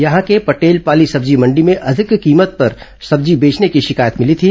यहां के पटेलपाली सब्जी मंडी में अधिक कीमत पर सब्जी बेचने की शिकायत मिली थी